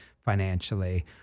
financially